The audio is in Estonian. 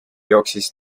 jooksis